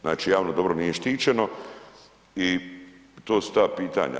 Znači javno dobro nije štićeno i to su ta pitanja.